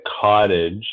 cottage